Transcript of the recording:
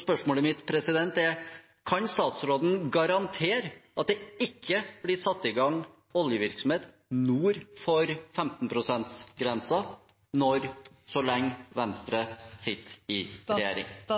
Spørsmålet mitt er: Kan statsråden garantere at det ikke blir satt i gang oljevirksomhet nord for 15 pst.-grensen så lenge Venstre sitter i regjering? Eg